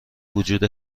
وجود